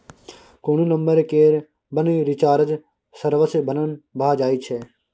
कोनो नंबर केर बिना रिचार्ज सर्विस बन्न भ जाइ छै